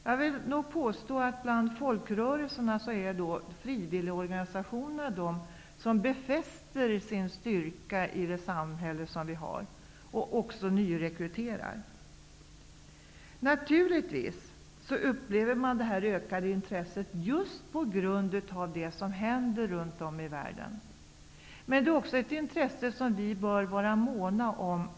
Jag vill nog påstå att frivilligorganisationerna när det gäller folkrörelserna är de organisationer som befäster sin styrka i vårt samhälle. Dessutom nyrekryteras det. Naturligtvis upplever man ett ökat intresse här just på grund av det som händer runt om ute i världen. Men det handlar också om ett intresse som vi bör vara måna om.